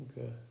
Okay